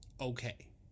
Okay